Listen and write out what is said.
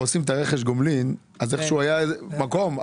עושים רכש גומלין אז איכשהו היה מקום.